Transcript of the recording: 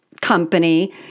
Company